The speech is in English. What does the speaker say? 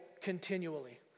continually